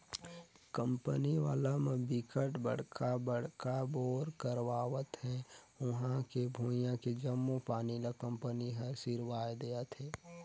company वाला म बिकट बड़का बड़का बोर करवावत हे उहां के भुइयां के जम्मो पानी ल कंपनी हर सिरवाए देहथे